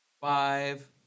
five